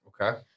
Okay